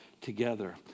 together